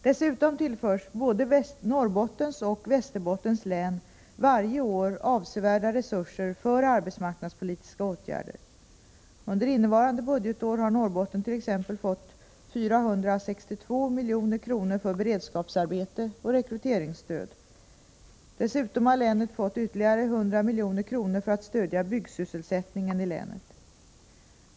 Dessutom tillförs både Norrbottens län och Västerbottens län varje år avsevärda resurser för arbetsmarknadspolitiska åtgärder. Under innevarande budgetår har Norrbotten t.ex. fått 462 milj.kr. för beredskapsarbete och rekryteringsstöd. Dessutom har länet fått ytterligare 100 milj.kr. för att stödja byggsysselsättningen i länet.